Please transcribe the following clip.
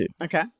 Okay